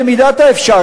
במידת האפשר,